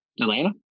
Atlanta